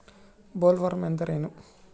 Bollworm ಅಂದ್ರೇನು?